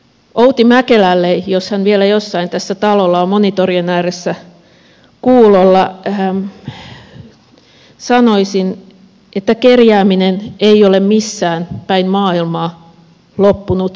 outi mäkelälle jos hän vielä jossain täällä talossa on monitorien ääressä kuulolla sanoisin että kerjääminen ei ole missään päin maailmaa loppunut kieltämällä